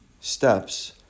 steps